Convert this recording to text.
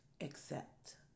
accept